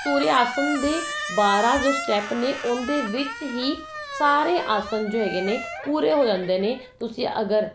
ਸੂਰਿਆ ਆਸਨ ਦੇ ਬਾਰਾਂ ਜੋ ਸਟੈਪ ਨੇ ਉਹਦੇ ਵਿੱਚ ਹੀ ਸਾਰੇ ਆਸਨ ਜੋ ਹੈਗੇ ਨੇ ਪੂਰੇ ਹੋ ਜਾਂਦੇ ਨੇ ਤੁਸੀਂ ਅਗਰ